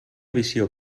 visió